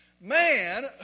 man